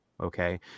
Okay